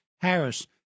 Harris